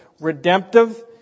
redemptive